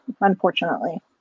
unfortunately